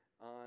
on